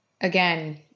again